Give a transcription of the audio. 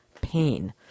pain